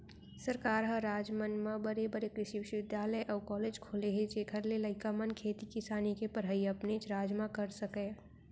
सरकार ह राज मन म बड़े बड़े कृसि बिस्वबिद्यालय अउ कॉलेज खोले हे जेखर ले लइका मन खेती किसानी के पड़हई अपनेच राज म कर सकय